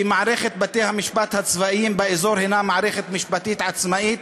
כי מערכת בתי-המשפט הצבאיים באזור הנה מערכת משפטית עצמאית,